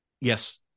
Yes